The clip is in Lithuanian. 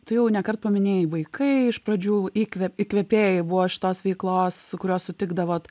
tu jau nekart paminėjai vaikai iš pradžių įkvėp įkvėpėjai buvo šitos veiklos kurios sutikdavot